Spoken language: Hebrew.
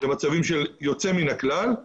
במצבים של יוצא מן הכלל,